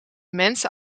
mensen